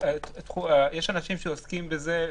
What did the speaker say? יש אנשים שעוסקים בזה,